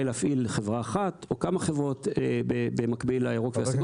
להפעיל חברה אחת או כמה חברות במקביל לירוק ולסגול,